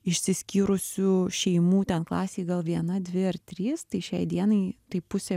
išsiskyrusių šeimų ten klasėj gal viena dvi ar trys tai šiai dienai tai pusė